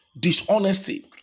Dishonesty